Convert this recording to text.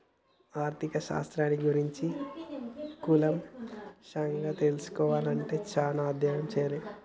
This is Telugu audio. ఆర్ధిక శాస్త్రాన్ని గురించి కూలంకషంగా తెల్సుకోవాలే అంటే చానా అధ్యయనం చెయ్యాలే